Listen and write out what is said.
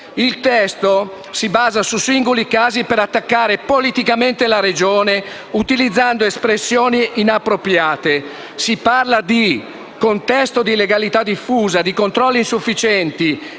Il testo si basa su singoli casi per attaccare politicamente la Regione utilizzando espressioni inappropriate. Si parla di «contesto di illegalità diffusa, controlli insufficienti